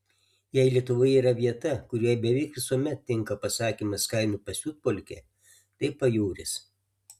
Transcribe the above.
jei lietuvoje yra vieta kurioje beveik visuomet tinka pasakymas kainų pasiutpolkė tai pajūris